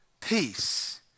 peace